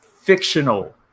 fictional